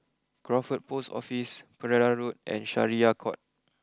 Crawford post Office Pereira Road and Syariah court